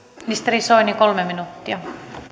ministeri soini kolme minuuttia